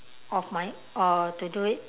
of my uh to do it